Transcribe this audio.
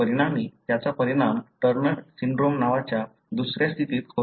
परिणामी त्याचा परिणाम टर्नर सिंड्रोम नावाच्या दुसऱ्या स्थितीत होतो